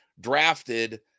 drafted